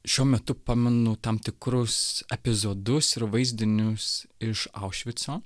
šiuo metu pamenu tam tikrus epizodus ir vaizdinius iš aušvico